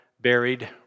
buried